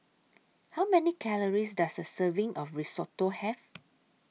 How Many Calories Does A Serving of Risotto Have